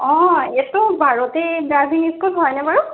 অঁ এইটো বাৰতেই ড্ৰাইভিং স্কুল হয়নে বাৰু